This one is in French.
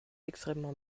extrêmement